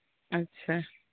ᱟᱪ ᱪᱷᱟ